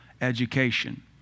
education